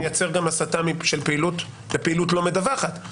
מייצר גם הסטה של פעילות בפעילות לא מדווחת.